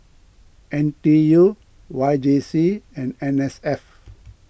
N T U Y J C and N S F